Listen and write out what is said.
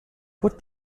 what